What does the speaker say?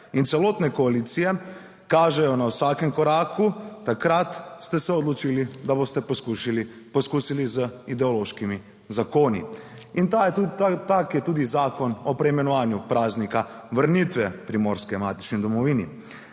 celotne koalicije kažejo na vsakem koraku, takrat ste se odločili, da boste poskusili z ideološkimi zakoni. In tak je tudi zakon o preimenovanju praznika vrnitve Primorske k matični domovini.